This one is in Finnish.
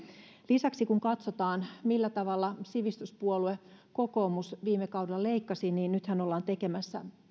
lisäksi kun katsotaan millä tavalla sivistyspuolue kokoomus viime kaudella leikkasi niin nythän ollaan tekemässä